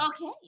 Okay